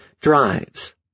drives